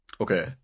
okay